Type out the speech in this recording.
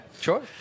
sure